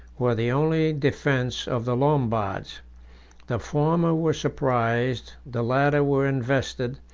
were the only defence of the lombards the former were surprised, the latter were invested,